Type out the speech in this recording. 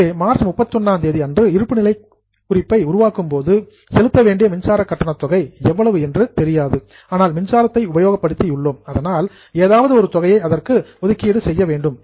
ஆகவே மார்ச் 31 ஆம் தேதி அன்று இருப்புநிலை குறிப்பை உருவாக்கும்போது பேயபில் செலுத்தவேண்டிய மின்சாரக் கட்டண தொகை எவ்வளவு என்று தெரியாது ஆனால் மின்சாரத்தை உபயோகப்படுத்தி உள்ளோம் அதனால் ஏதாவது ஒரு தொகையை அதற்கு ஒதுக்க வேண்டும்